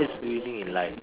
that's winning in life